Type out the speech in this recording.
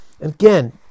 Again